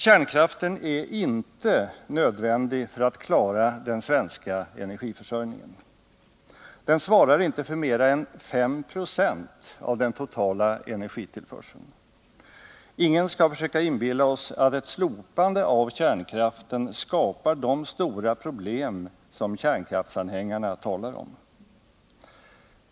Kärnkraften är inte nödvändig för att vi skall klara vår energiförsörjning. Den svarar inte för mer än 5 90 av den totala energitillförseln. Ingen skall försöka inbilla oss att ett slopande av kärnkraften skapar de stora problem som kärnkraftsanhängarna talar om.